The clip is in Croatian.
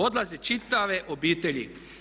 Odlaze čitave obitelji.